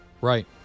Right